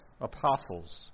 apostles